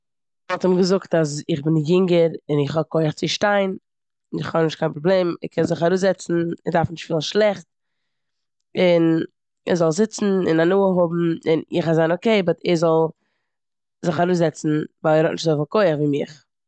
כ'וואלט אים געזאגט אז איך בין יונגער און איך האב כח צו שטיין און כ'האב נישט קיין פראבלעם. ער קען זיך אראפזעצן, ער דארף נישט פילן שלעכט און ער זאל זיצן און הנאה האבן און איך גיי זיין אקעי באט ער זאל זיך אראפזעצן ווייל ער האט נישט אזויפיל כח ווי מיך.